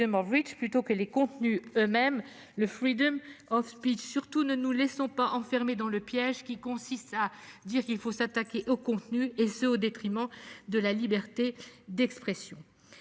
plutôt que les contenus eux-mêmes, le «». Surtout, ne nous laissons pas enfermer dans le piège qui consiste à dire qu'il faut s'attaquer aux contenus, et ce au détriment de la liberté d'expression.